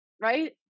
right